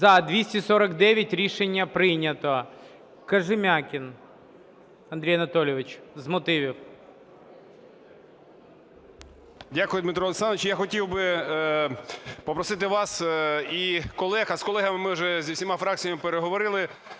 За-249 Рішення прийнято.